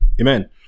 Amen